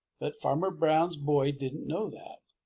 but farmer brown's boy didn't know that.